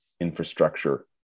infrastructure